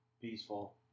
peaceful